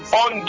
on